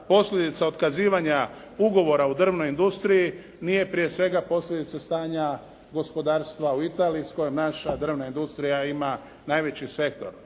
posljedica otkazivanja ugovora u drvnoj industriji nije prije svega posljedica stanja gospodarstva u Italiji s kojom naša drvna industrija ima najveći poslovni